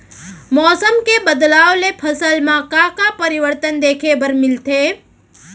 मौसम के बदलाव ले फसल मा का का परिवर्तन देखे बर मिलथे?